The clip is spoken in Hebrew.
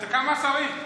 זה כמה שרים.